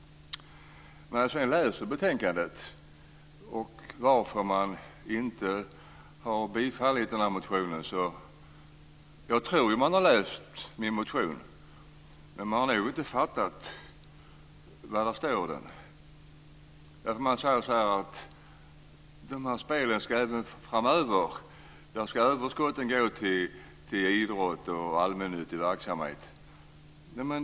Jag har läst betänkandet och sett varför utskottet inte har biträtt motionen. Jag tror att man har läst min motion, men man har nog inte förstått vad som står i den. Utskottet säger att överskotten av spelen även framöver ska gå till idrotter och allmännyttiga verksamheter.